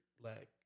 black